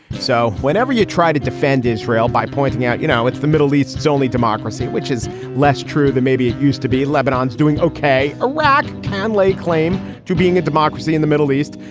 so whenever you try to defend israel by pointing out, you know, it's the middle east's only democracy, which is less true than maybe it used to be, lebanon is doing ok. iraq can lay claim to being a democracy in the middle east,